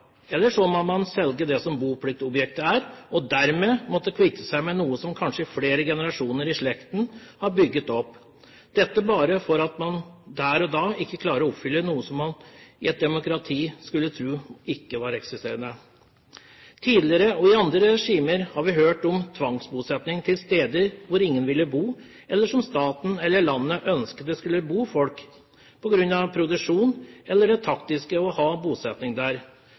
eller så må man selge bopliktobjektet. Dermed må man kvitte seg med noe som kanskje flere generasjoner i slekten har bygget opp – dette bare for at man der og da ikke klarer å oppfylle noe som man i et demokrati skulle tro var ikke-eksisterende. Tidligere, og i andre regimer, har vi hørt om tvangsbosetting til steder der ingen ville bo, eller som staten eller landet ønsket at det skulle bo folk på grunn av produksjon eller det taktiske ved å ha bosetting der.